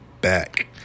back